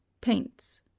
Paints